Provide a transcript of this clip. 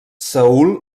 saül